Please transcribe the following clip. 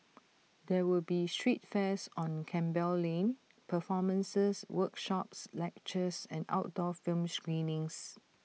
there will be street fairs on Campbell lane performances workshops lectures and outdoor film screenings